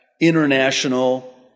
international